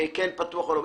וכן פתוח או לא.